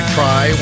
Try